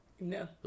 No